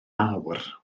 awr